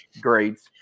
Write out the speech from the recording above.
grades